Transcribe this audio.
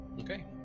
Okay